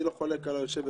ואני לא חולק על היושבת-ראש.